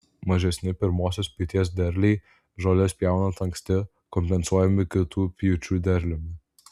mažesni pirmosios pjūties derliai žoles pjaunant anksti kompensuojami kitų pjūčių derliumi